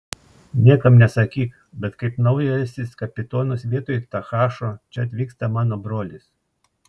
niekam nesakyk bet kaip naujasis kapitonas vietoj tahašo čia atvyksta mano brolis